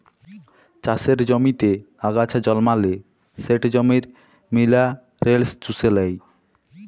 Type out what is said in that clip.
চাষের জমিতে আগাছা জল্মালে সেট জমির মিলারেলস চুষে লেই